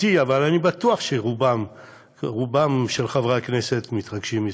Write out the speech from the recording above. אבל אני בטוח שרוב חברי הכנסת מתרגשים מזה.